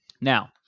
now